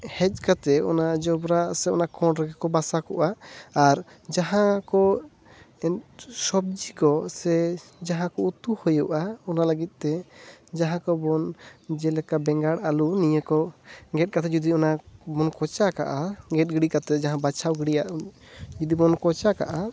ᱦᱮᱡ ᱠᱟᱛᱮ ᱚᱱᱟ ᱡᱚᱵᱽᱨᱟ ᱥᱮ ᱚᱱᱟ ᱠᱚᱸᱰ ᱨᱮᱜᱮ ᱠᱚ ᱵᱟᱥᱟ ᱠᱚᱜᱼᱟ ᱟᱨ ᱡᱟᱦᱟᱸ ᱠᱚ ᱮᱱ ᱥᱚᱵᱡᱤ ᱠᱚ ᱥᱮ ᱡᱟᱦᱟᱸ ᱠᱚ ᱩᱛᱩ ᱦᱩᱭᱩᱜᱼᱟ ᱚᱱᱟ ᱞᱟᱹᱜᱤᱫ ᱛᱮ ᱡᱟᱦᱟᱸ ᱠᱚᱵᱚᱱ ᱡᱮᱞᱮᱠᱟ ᱵᱮᱸᱜᱟᱲ ᱟᱹᱞᱩ ᱱᱤᱭᱟᱹ ᱠᱚ ᱜᱮᱫ ᱠᱟᱛᱮ ᱡᱩᱫᱤ ᱚᱱᱟ ᱵᱚᱱ ᱠᱚᱪᱟ ᱠᱟᱜᱼᱟ ᱜᱮᱫ ᱜᱤᱰᱤ ᱠᱟᱛᱮᱫ ᱡᱟᱦᱟᱸ ᱵᱟᱪᱷᱟᱣᱟ ᱜᱤᱰᱤᱭᱟᱜ ᱡᱩᱫᱤ ᱵᱚᱱ ᱠᱚᱪᱟ ᱠᱟᱜᱼᱟ